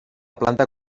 planta